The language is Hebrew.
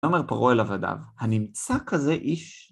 אומר פרעה אל עבדיו, הנמצא כזה איש?